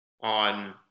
on